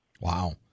Wow